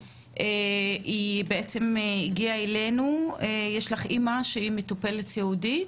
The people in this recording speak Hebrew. היא בעצם הגיעה אלינו כי יש לה אמא שהיא מטופלת סיעודית